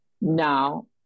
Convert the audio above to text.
Now